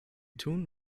tun